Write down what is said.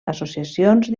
associacions